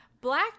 black